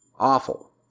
awful